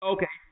Okay